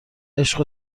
عشق